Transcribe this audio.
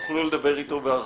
תוכלו לדבר איתו בהרחבה.